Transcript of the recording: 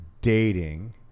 dating